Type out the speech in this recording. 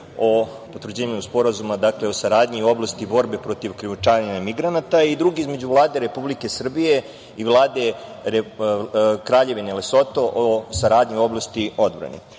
o potvrđivanju Sporazuma o saradnji u oblasti borbe protiv krijumčarenja migranata i drugi između Vlade Republike Srbije i Vlade Kraljevine Lesoto o saradnji u oblasti odbrane. Na